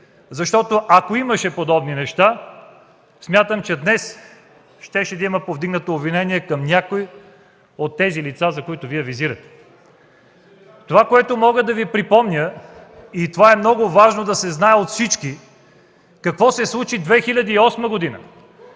защото ако имаше подобни неща, смятам, че днес щеше да има повдигнато обвинение към някои от тези лица, които Вие визирате. Това, което мога да Ви припомня, е много важно да се знае от всички – какво се случи 2008 г.?